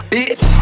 Bitch